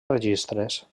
registres